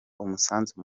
umusanzu